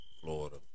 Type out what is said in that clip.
Florida